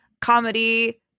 comedy